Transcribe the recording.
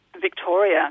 Victoria